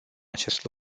acest